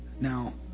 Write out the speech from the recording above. Now